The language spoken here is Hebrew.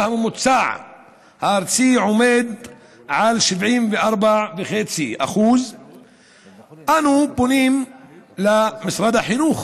הממוצע הארצי עומד על 74.5%. אנו פונים למשרד החינוך